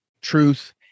truth